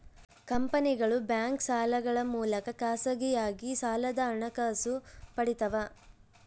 ಕಂಪನಿಗಳು ಬ್ಯಾಂಕ್ ಸಾಲಗಳ ಮೂಲಕ ಖಾಸಗಿಯಾಗಿ ಸಾಲದ ಹಣಕಾಸು ಪಡಿತವ